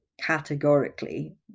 categorically